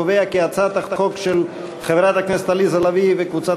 אני קובע כי הצעת החוק של חברת הכנסת עליזה לביא וקבוצת